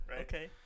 Okay